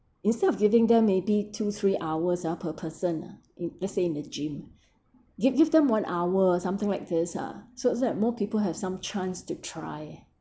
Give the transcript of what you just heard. instead of giving them maybe two three hours ah per person ah let say in the gym give give them one hour or something like this ah so is like more people have some chance to try